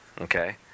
okay